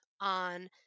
on